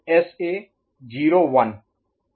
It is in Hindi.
तो एसए 0 1 एसए आरए